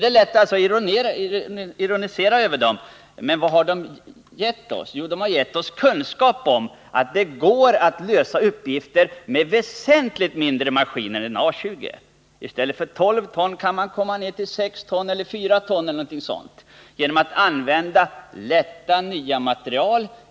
Det är lätt att ironisera över dem, men de har alltså gett oss kunskap om att det går att använda maskiner som är väsentligt mindre än A 20 — i stället för 12 ton kan vi nu komma ner till 6 eller 4 ton genom att använda nya lätta material.